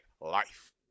life